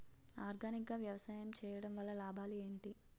Organic గా వ్యవసాయం చేయడం వల్ల లాభాలు ఏంటి?